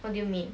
what do you mean